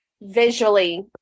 visually